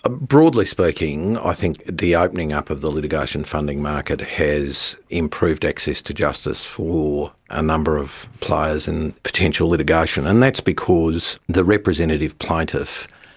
ah broadly speaking i think the opening up of the litigation funding market has improved access to justice for a number of players and potential litigation, and that's because the representative plaintiff,